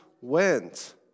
went